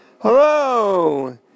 Hello